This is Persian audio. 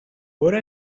برو